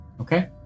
Okay